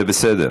זה בסדר.